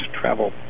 travel